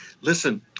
Listen